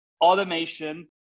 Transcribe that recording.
automation